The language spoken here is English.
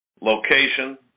location